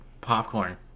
popcorn